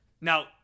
Now